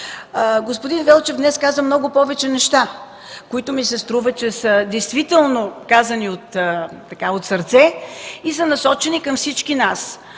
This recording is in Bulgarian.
Господин Велчев днес каза много повече неща, които ми се струва, че действително са казани от сърце и са насочени към всички нас.